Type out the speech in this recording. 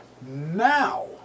Now